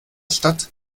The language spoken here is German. stadt